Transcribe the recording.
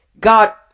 God